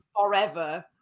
forever